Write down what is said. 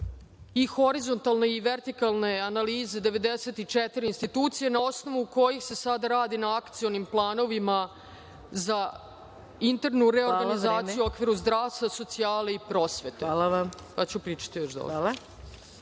i horizontalne i vertikalne analize 94 institucije na osnovu kojih se sada radi na akcionim planovima za internu reorganizaciju u okviru zdravstva, socijale i prosvete, pa ću pričati još dodatno.